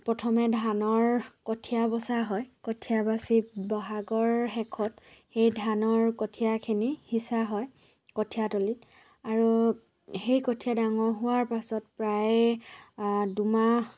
প্ৰথমে ধানৰ কঠীয়া বচা হয় কঠীয়া বাচি ব'হাগৰ শেষত সেই ধানৰ কঠীয়াখিনি সিঁচা হয় কঠীয়া তলীত আৰু সেই কঠীয়া ডাঙৰ হোৱাৰ পাছত প্ৰায় দুমাহ